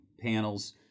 panels